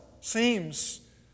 seems